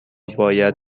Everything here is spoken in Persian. باید